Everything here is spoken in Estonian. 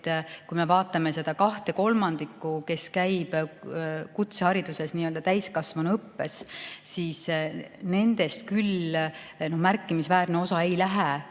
et kui me vaatame seda kahte kolmandikku, kes käib kutsehariduses nii-öelda täiskasvanuõppes, siis nendest küll märkimisväärne osa ei lähe